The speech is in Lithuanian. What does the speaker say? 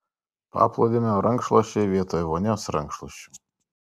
paplūdimio rankšluosčiai vietoj vonios rankšluosčių